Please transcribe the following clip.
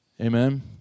Amen